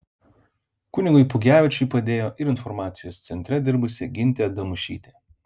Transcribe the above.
kunigui pugevičiui padėjo ir informacijos centre dirbusi gintė damušytė